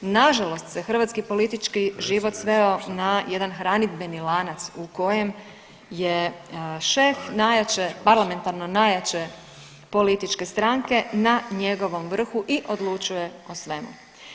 Nažalost se hrvatski politički život sveo na jedan hranidbeni lanac u kojem je šef najjače, parlamentarno najjače političke stranke na njegovom vrhu i odlučuje o svemu.